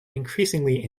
increasingly